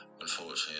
Unfortunately